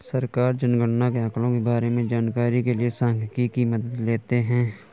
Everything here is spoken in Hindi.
सरकार जनगणना के आंकड़ों के बारें में जानकारी के लिए सांख्यिकी की मदद लेते है